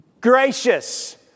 gracious